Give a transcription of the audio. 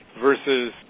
versus